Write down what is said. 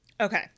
okay